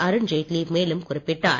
அருண்ஜேட்லி மேலும் குறிப்பிட்டார்